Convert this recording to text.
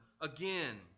again